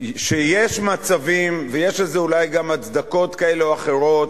שיש מצבים ויש לזה אולי גם הצדקות כאלה או אחרות.